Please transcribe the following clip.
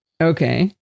Okay